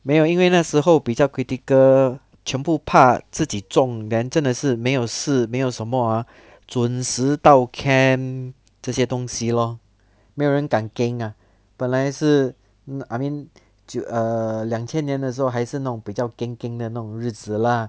没有因为那时候比较 critical 全部怕自己中 then 真的是没有事没有什么 ah 准时到 camp 这些东西 lor 没有人敢 keng ah 本来是 I mean err 两千年的时候还是那种比较 keng keng 的那种日子 lah